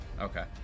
Okay